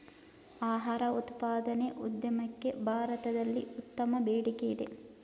ಆಹಾರ ಉತ್ಪಾದನೆ ಉದ್ಯಮಕ್ಕೆ ಭಾರತದಲ್ಲಿ ಉತ್ತಮ ಬೇಡಿಕೆಯಿದೆ